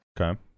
Okay